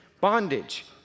bondage